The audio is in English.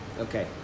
Okay